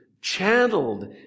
channeled